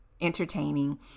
entertaining